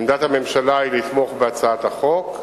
עמדת הממשלה היא לתמוך בהצעת החוק.